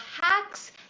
hacks